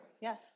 Yes